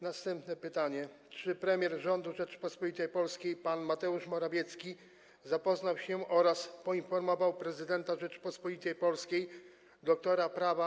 Następne pytanie: Czy premier rządu Rzeczypospolitej Polskiej pan Mateusz Morawiecki zapoznał się oraz poinformował prezydenta Rzeczypospolitej Polskiej dr. prawa